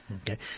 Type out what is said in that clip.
Okay